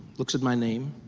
looks at my name.